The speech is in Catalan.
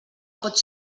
pot